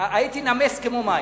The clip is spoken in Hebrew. הייתי נמס כמו מים.